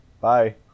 bye